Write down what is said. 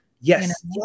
yes